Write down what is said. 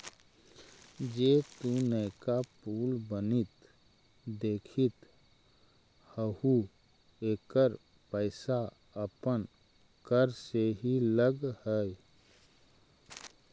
जे तु नयका पुल बनित देखित हहूँ एकर पईसा अपन कर से ही लग हई